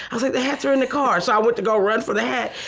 i was like the hats are in the car! so i went to go run for the hat,